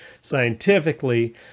scientifically